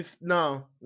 no